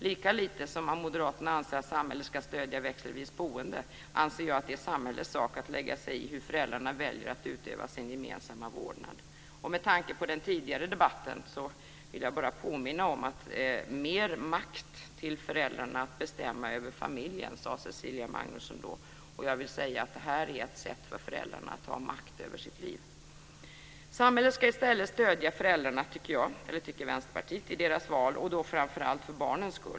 Lika lite som Moderaterna anser att samhället ska stödja växelvis boende, anser jag att det är samhällets sak att lägga sig i hur föräldrarna väljer att utöva sin gemensamma vårdnad. Med tanke på den tidigare debatten vill jag bara påminna om att Cecilia Magnusson då sade sig vilja ha mer makt till föräldrarna att bestämma över familjen. Jag vill säga att detta är ett sätt för föräldrarna att ta makt över sitt liv. Vänsterpartiet tycker att samhället i stället ska stödja föräldrarna i deras val, och då framför allt för barnens skull.